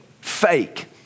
fake